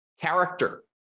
character